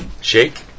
Shake